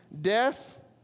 death